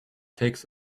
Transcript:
takes